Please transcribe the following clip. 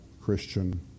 Christian